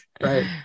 right